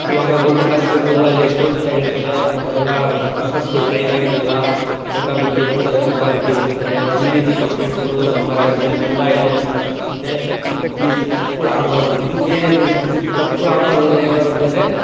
ಇವಾಗ ಗೋರ್ಮೆಂಟ್ ಹಾಸ್ಪಿಟ್ಲ್ಗಳಲ್ಲಿ ಎಷ್ಟೊಂದು ಜನ ಹೇಳ್ತರೆ ಅವರಿಗೆಲ್ಲಾ ಡಾಕ್ಟರ್ಸ್ಗಳ್ ಟ್ರೈನ್ ಆಗಿರಲ್ಲ ಬೇಕಾಬಿಟ್ಟಿ ಬರ್ತರೆ ಬೇಕಾಬಿಟ್ಟಿ ಹೋಗ್ತರೆ ಈ ರೀತಿ ಕಂಪ್ಲೇಂಟ್ಸ್ಗಳು ನಮ್ಮ ರಾಜ್ಯದಲ್ಲಿ ತುಂಬ ಇದೆ ಮತ್ತು ಈ ರೀತಿ ತಪ್ಗಳ್ ಆಗಬಾರ್ದು ಇದಕ್ಕೆ ಈ ರೀತಿ ತಪ್ಗಳ್ ಆಗಬಾರ್ದು ಅಂದರೆ ಏನು ಮಾಬೇಕು ಅಂದರೆ